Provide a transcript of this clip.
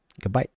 goodbye